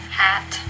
hat